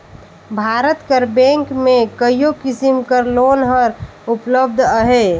भारत कर बेंक में कइयो किसिम कर लोन हर उपलब्ध अहे